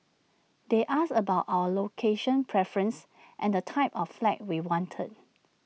they asked about our location preference and the type of flat we wanted